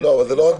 וזה לא צריך להיות.